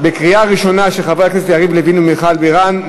של חברי הכנסת יריב לוין ומיכל בירן,